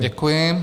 Děkuji.